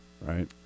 right